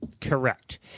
Correct